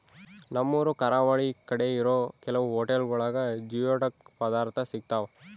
ನಮ್ಮೂರು ಕರಾವಳಿ ಕಡೆ ಇರೋ ಕೆಲವು ಹೊಟೆಲ್ಗುಳಾಗ ಜಿಯೋಡಕ್ ಪದಾರ್ಥ ಸಿಗ್ತಾವ